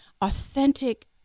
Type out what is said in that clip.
authentic